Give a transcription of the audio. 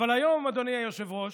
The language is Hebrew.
אבל היום, אדוני היושב-ראש,